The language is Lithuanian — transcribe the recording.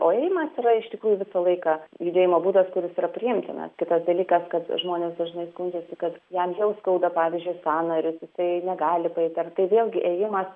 o ėjimas yra iš tikrųjų visą laiką judėjimo būdas kuris yra priimtinas kitas dalykas kad žmonės dažnai skundžiasi kad jam jau skauda pavyzdžiui sąnarius jisai negali paeit ar tai vėlgi ėjimas